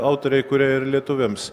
autoriai kurie ir lietuviams